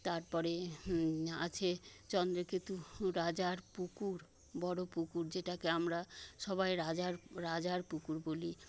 তারপরে আছে চন্দ্রকেতু রাজার পুকুর বড়ো পুকুর যেটাকে আমরা সবাই রাজার পুকুর বলি